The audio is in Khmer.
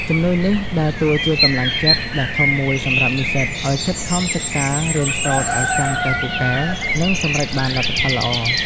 ជំនួយនេះដើរតួជាកម្លាំងចិត្តដ៏ធំមួយសម្រាប់និស្សិតឱ្យខិតខំសិក្សារៀនសូត្រឱ្យកាន់តែពូកែ និងសម្រេចបានលទ្ធផលល្អ។